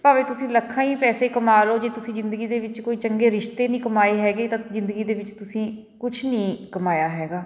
ਭਾਵੇਂ ਤੁਸੀਂ ਲੱਖਾਂ ਹੀ ਪੈਸੇ ਕਮਾ ਲਓ ਜੇ ਤੁਸੀਂ ਜ਼ਿੰਦਗੀ ਦੇ ਵਿੱਚ ਕੋਈ ਚੰਗੇ ਰਿਸ਼ਤੇ ਨਹੀਂ ਕਮਾਏ ਹੈਗੇ ਤਾਂ ਜ਼ਿੰਦਗੀ ਦੇ ਵਿੱਚ ਤੁਸੀਂ ਕੁਛ ਨਹੀਂ ਕਮਾਇਆ ਹੈਗਾ